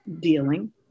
dealing